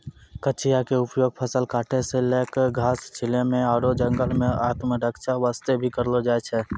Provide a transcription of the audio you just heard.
कचिया के उपयोग फसल काटै सॅ लैक घास छीलै म आरो जंगल मॅ आत्मरक्षा वास्तॅ भी करलो जाय छै